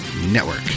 Network